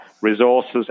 resources